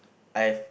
I've